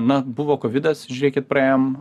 na buvo kovidas žiūrėkit praėjom